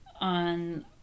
on